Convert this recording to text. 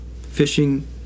fishing